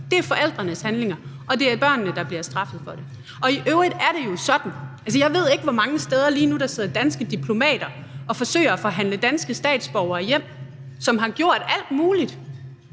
Det er forældrenes handlinger, og det er børnene, der bliver straffet for det. Altså, jeg ved ikke, hvor mange steder lige nu der sidder danske diplomater og forsøger at forhandle danske statsborgere hjem, som har gjort alt muligt.